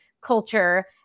culture